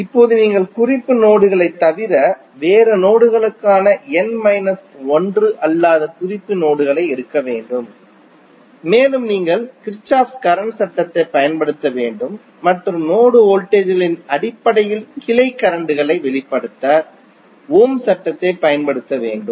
இப்போது நீங்கள் குறிப்பு நோடுகளைத் தவிர வேறு நோடுகளான n மைனஸ் 1 அல்லாத குறிப்பு நோடுகளை எடுக்க வேண்டும் மேலும் நீங்கள் கிர்ச்சோஃப் கரண்ட் சட்டத்தைப் பயன்படுத்த வேண்டும் மற்றும் நோடு வோல்டேஜ் களின் அடிப்படையில் கிளை கரண்ட் களை வெளிப்படுத்த ஓம் சட்டத்தைப் பயன்படுத்த வேண்டும்